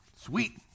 sweet